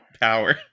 power